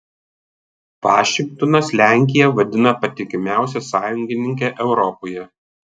vašingtonas lenkiją vadina patikimiausia sąjungininke europoje